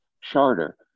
charter